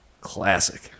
classic